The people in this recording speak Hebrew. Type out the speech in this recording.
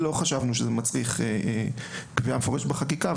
לא חשבנו שזה מצריך קביעה מפורשת בחקיקה,